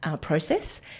process